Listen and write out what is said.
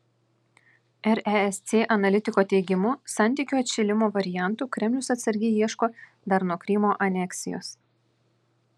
resc analitiko teigimu santykių atšilimo variantų kremlius atsargiai ieško dar nuo krymo aneksijos